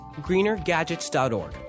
Greenergadgets.org